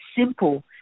simple